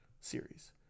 series